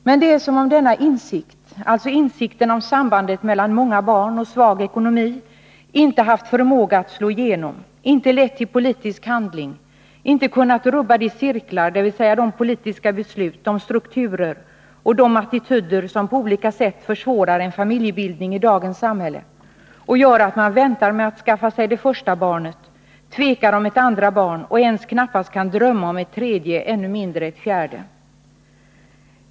Men det är som om denna insikt, alltså insikten om sambandet mellan många barn och svag ekonomi, inte haft förmåga att slå igenom, inte lett till politisk handling, inte kunnat rubba de cirklar, dvs. politiska beslut, strukturer och attityder, som på olika sätt försvårar en familjebildning i dagens samhälle och som gör att många väntar med att skaffa sig det första barnet, tvekar inför ett andra barn och ens knappast kan drömma om ett tredje, ännu mindre ett fjärde.